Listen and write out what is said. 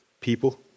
people